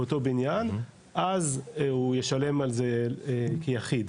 באותו בניין, אז הוא יישלם על זה כיחיד.